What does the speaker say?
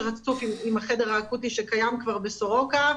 רצוף עם החדר האקוטי שקיים כבר בסורוקה.